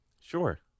Sure